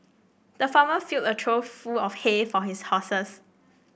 the farmer filled a trough full of hay for his horses